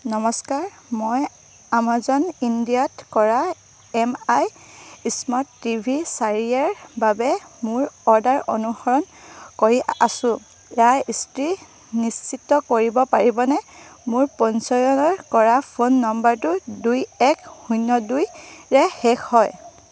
নমস্কাৰ মই আমাজন ইণ্ডিয়াত কৰা M I smart T V চাৰিৰে বাবে মোৰ অৰ্ডাৰ অনুসৰণ কৰি আছোঁ ইয়াৰ স্থিতি নিশ্চিত কৰিব পাৰিবনে মোৰ পঞ্জীয়ন কৰা ফোন নম্বৰটো দুই এক শূন্য দুইৰে শেষ হয়